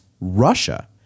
Russia